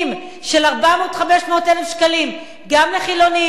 של 400,000 500,000 שקלים גם לחילונים,